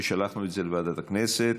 ושלחנו את זה לוועדת הכנסת.